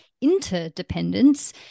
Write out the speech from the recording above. interdependence